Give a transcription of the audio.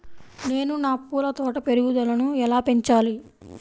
నేను నా పూల తోట పెరుగుదలను ఎలా పెంచాలి?